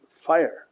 fire